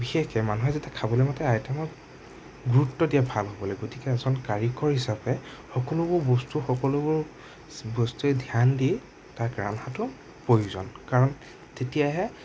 বিশেষকে মানুহে যেতিয়া খাবলে মাতে আইটেমত গুৰুত্ব দিয়ে ভাল হ'বলৈ গতিকে এজন কাৰিকৰ হিচাপে সকলোবোৰ বস্তু সকলোবোৰ বস্তুৱে ধ্যান দি তাক ৰান্ধাটো প্ৰয়োজন কাৰণ তেতিয়াহে